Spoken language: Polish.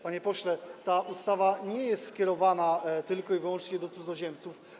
Panie pośle, ta ustawa nie jest skierowana tylko i wyłącznie do cudzoziemców.